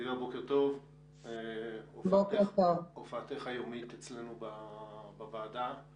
בוקר טוב, הועלתה פה